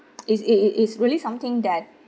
is it it is really something that